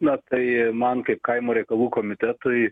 na tai man kaip kaimo reikalų komitetui